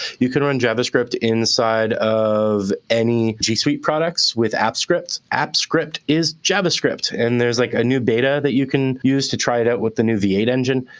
you can run javascript inside of any g suite products with apps script. apps script is javascript. and there's like a new beta that you can use to try it out with the new v eight engine.